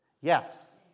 Yes